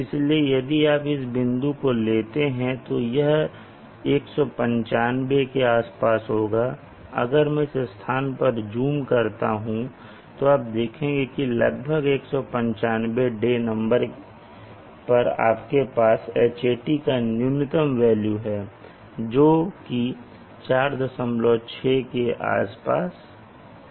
इसलिए यदि आप इस बिंदु को लेते हैं तो यह 195 के आसपास होगा अगर मैं इस स्थान पर ज़ूम करता हूं तो आप देखेंगे कि लगभग 195 डे नंबर पर आपके पास Hat का न्यूनतम वेल्यू है जो कि 46 के आसपास है